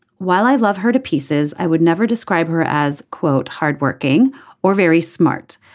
while i love her to pieces i would never describe her as quote hardworking or very smart.